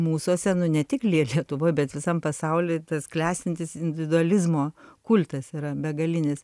mūsuose nu ne tik lie lietuvoj bet visam pasauly tas klestintis individualizmo kultas yra begalinis